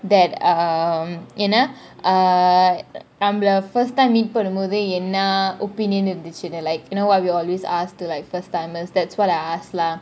that um என்ன நம்மள :enna namala uh I'm the first time meet பண்ணும்போது என்ன :panumbothu enna opinion இருந்துச்சி :irunthuchi like you know why we always ask the like first timers that's what I ask lah